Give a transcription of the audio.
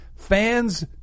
fans